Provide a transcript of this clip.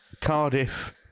Cardiff